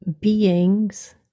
beings